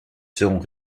seront